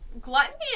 gluttony